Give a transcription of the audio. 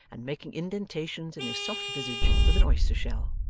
and making indentations in his soft visage with an oyster-shell,